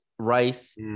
Rice